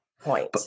point